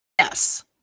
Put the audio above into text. Yes